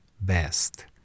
best